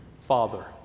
Father